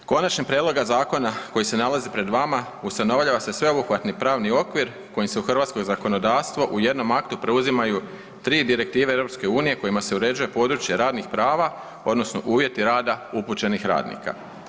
Konačni prijedloga zakona koji se nalazi pred vama ustanovljava se sveobuhvatni pravni okvir kojim se u hrvatsko zakonodavstvo u jednom aktu preuzimaju 3 direktive EU kojima se uređuje područje radnih prava, odnosno uvjeti rada upućenih radnika.